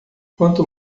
quanto